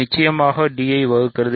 நிச்சயமாக d ஐ வகுக்கிறது